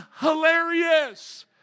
hilarious